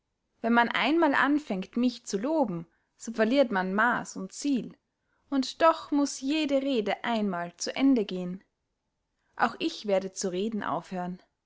wenn man einmal anfängt mich zu loben so verliert man maaß und ziel und doch muß jede rede einmal zu ende gehen auch ich werde zu reden aufhören